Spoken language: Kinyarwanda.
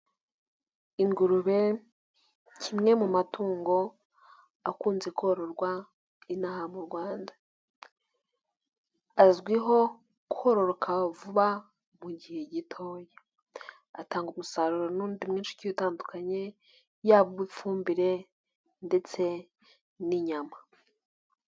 Ingurube kimwe mu matungo akunze kororwa inaha mu Rwanda azwiho kororoka vuba mu gihe gito, atanga umusaruro n'undi ugiye utandukanye yaba uw'ifumbire ndetse n'inyama.